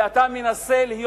ואתה מנסה להיות